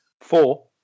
Four